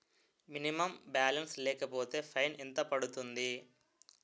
Minimum balance లేకపోతే fine ఎంత పడుతుంది?